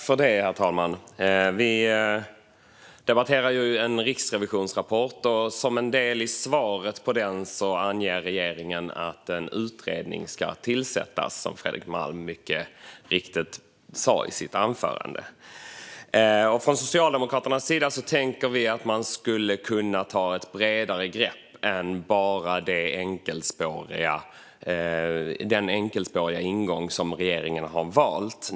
Herr talman! Vi debatterar en riksrevisionsrapport. Som en del i svaret på den anger regeringen att en utredning ska tillsättas, som Fredrik Malm mycket riktigt sa i sitt anförande. Från Socialdemokraternas sida tänker vi att man skulle kunna ta ett bredare grepp än att bara ha den enkelspåriga ingång som regeringen har valt.